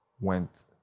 went